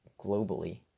globally